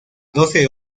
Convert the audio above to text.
doce